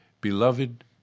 Beloved